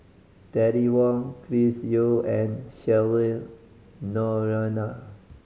Terry Wong Chris Yeo and Cheryl Noronha